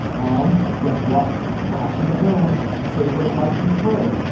and guess what fraction of those say that it might be true?